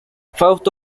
fausto